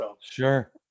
Sure